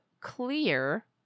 clear